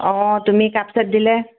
অ' তুমি cup set দিলে